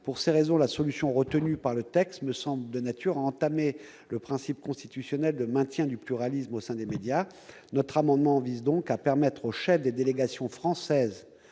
Pour ces raisons, la solution retenue par le texte me semble être de nature à porter atteinte au principe constitutionnel de maintien du pluralisme au sein des médias. Notre amendement vise donc à permettre aux chefs des délégations françaises